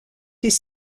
des